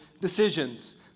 decisions